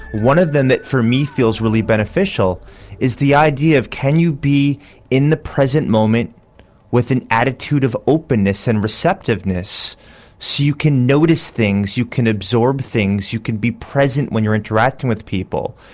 one of them that for me feels really beneficial is the idea of can you be in the present moment with an attitude of openness and receptiveness so you can notice things, you can absorb things, you can be present when you're interacting with people,